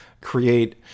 create